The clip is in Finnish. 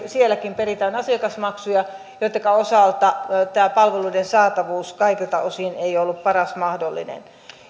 sielläkin peritään asiakasmaksuja joittenka osalta tämä palveluiden saatavuus kaikilta osin ei ole ollut paras mahdollinen